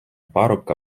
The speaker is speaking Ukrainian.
парубка